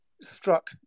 struck